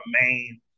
main